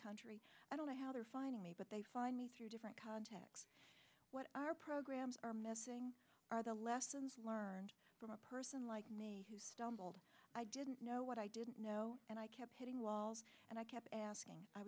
country i don't know how they're finding me but they find me through different contexts what are programs are missing are the lessons learned from a person like me who stumbled i didn't know what i didn't know and i kept hitting walls and i kept asking i